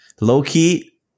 low-key